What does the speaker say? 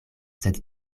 sed